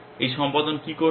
এই সম্পাদন কি করছেন